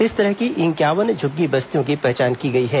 इस तरह की इंक्यावन झुग्गी बस्तियों की पहचान की गई है